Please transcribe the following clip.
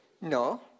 No